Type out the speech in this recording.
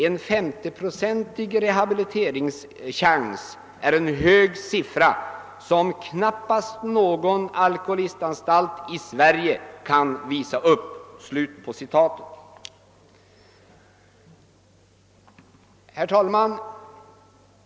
En 50-procentig rehabiliteringschans är en hög siffra, som knappast någon alkoholistanstalt i Sverige kan visa upp.» Herr talman!